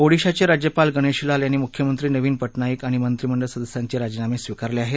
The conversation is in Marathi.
ओदिशाचे राज्यपाल गणेशी लाल यांनी मुख्यमंत्री नविन पटनाईक आणि मंत्रीमंडळ सदस्यांचे राजीनामे स्वीकारले आहेत